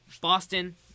Boston